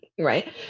right